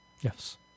Yes